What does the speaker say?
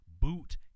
boot